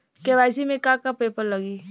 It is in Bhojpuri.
के.वाइ.सी में का का पेपर लगी?